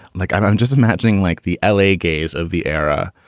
like i'm i'm just imagining, like the l a. gays of the era,